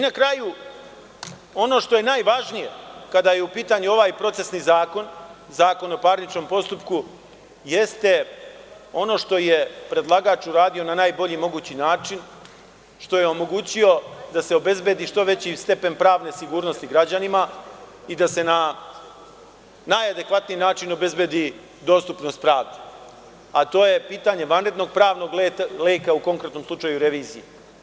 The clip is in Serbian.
Na kraju, ono što je najvažnije kada je upitanju ovaj procesni zakon, Zakon o parničnom postupku jeste ono što je predlagač uradio na najbolji mogući način, što je omogućio da se obezbedi što veći stepen pravne sigurnosti građanima i da se na najadekvatniji način obezbedi dostupnost pravde, a to je pitanje vanrednog pravnog leka u konkretnom slučaju revizije.